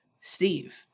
Steve